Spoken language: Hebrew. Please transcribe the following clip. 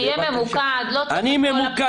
יש שם פמליה שלמה: הצלם לא שייך לאולם,